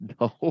No